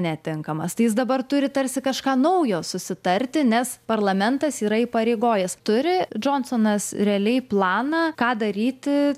netinkamas tai jis dabar turi tarsi kažką naujo susitarti nes parlamentas yra įpareigojęs turi džonsonas realiai planą ką daryti